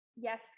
yes